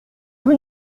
vous